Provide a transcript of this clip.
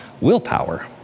willpower